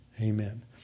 Amen